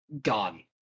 gone